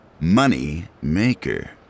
Moneymaker